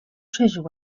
treasure